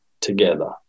together